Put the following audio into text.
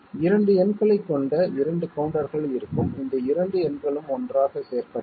2 எண்களைக் கொண்ட 2 கவுண்டர்கள் இருக்கும் இந்த 2 எண்களும் ஒன்றாகச் சேர்க்கப்படும்